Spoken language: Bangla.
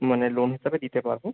মানে লোন হিসাবে দিতে পারব